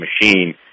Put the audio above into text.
machine